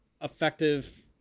effective